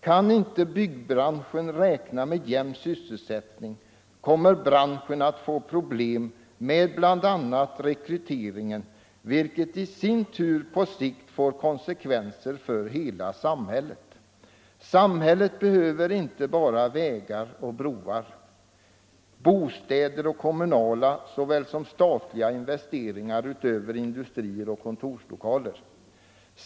Kan inte byggbranschen räkna med jämn sysselsättning kommer branschen att få problem med bl.a. rekryteringen, vilket i sin tur på sikt får konsekvenser för hela samhället. Samhället behöver inte bara vägar och broar, bostäder och kommunala såväl som statliga investeringar utöver industrier och kontorslokaler.